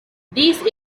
these